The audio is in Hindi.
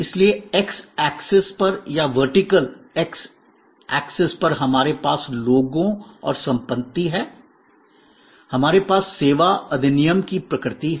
इसलिए एक्स अक्षएक्सिस पर या वर्टिकल अक्षएक्सिस पर हमारे पास लोगों और संपत्ति हैं हमारे पास सेवा अधिनियम की प्रकृति है